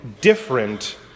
different